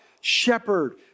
shepherd